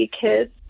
kids